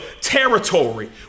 territory